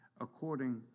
according